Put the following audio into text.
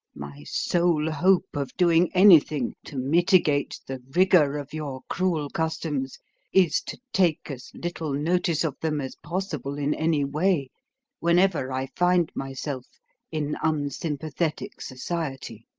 my sole hope of doing anything to mitigate the rigour of your cruel customs is to take as little notice of them as possible in any way whenever i find myself in unsympathetic society.